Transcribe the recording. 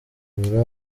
bujura